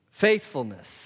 faithfulness